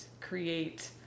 create